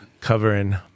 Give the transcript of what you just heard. covering